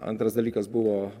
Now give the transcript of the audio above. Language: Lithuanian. antras dalykas buvo